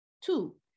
Two